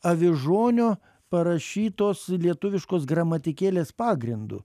avižonio parašytos lietuviškos gramatikėlės pagrindu